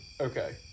Okay